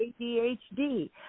ADHD